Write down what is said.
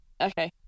Okay